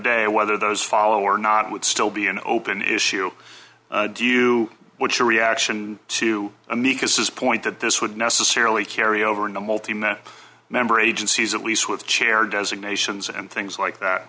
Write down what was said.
day whether those follow or not it would still be an open issue do you would your reaction to amicus is point that this would necessarily carry over into multimedia member agencies at least with chair designations and things like that